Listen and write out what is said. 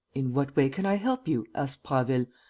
in what way can i help you? asked prasville,